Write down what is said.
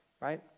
Right